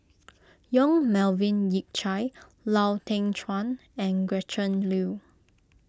Yong Melvin Yik Chye Lau Teng Chuan and Gretchen Liu